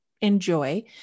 enjoy